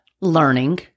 learning